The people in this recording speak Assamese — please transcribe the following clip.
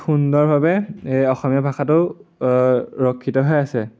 সুন্দৰভাৱে এই অসমীয়া ভাষাটো ৰক্ষিত হৈ আছে